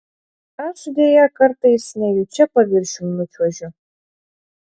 aš deja kartais nejučia paviršium nučiuožiu